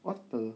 what the